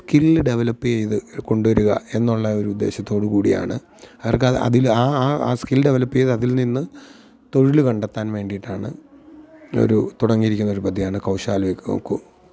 skill develop ചെയ്തു കൊണ്ടുവരിക എന്നുള്ള ഒരു ഉദ്ദേശത്തോടു കൂടിയാണ് അവര്ക്ക് അത് അതിൽ ആ ആ ആ സ്കില് ഡെവലപ്പ് ചെയ്ത് അതില് നിന്ന് തൊഴിൽ കണ്ടെത്താന് വേണ്ടിയിട്ടാണ് ഒരു തുടങ്ങിയിരിക്കുന്ന ഒരു പദ്ധതിയാണ് കൗശാല് വികാസ്